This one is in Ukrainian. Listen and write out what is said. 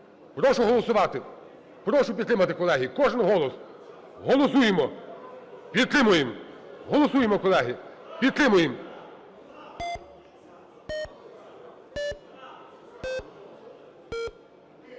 Прошу голосувати. Прошу підтримати, колеги. Кожен голос. Голосуємо! Підтримуємо! Голосуємо, колеги! Підтримуємо!